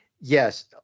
yes